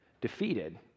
defeated